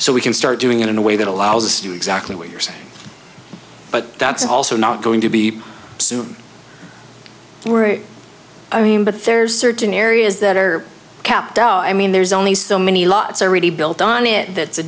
so we can start doing it in a way that allows us to do exactly what you're saying but that's also not going to be soon we're i mean but there's certain areas that are kept out i mean there's only so many lots already built on it that's a